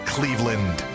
Cleveland